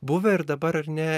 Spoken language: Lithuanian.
buvę ir dabar ar ne